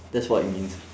that's what it means